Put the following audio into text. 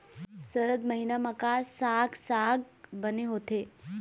सरद महीना म का साक साग बने होथे?